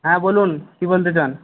হ্যাঁ বলুন কি বলতে চান